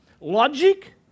Logic